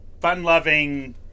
fun-loving